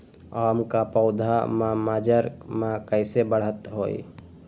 आम क पौधा म मजर म कैसे बढ़त होई?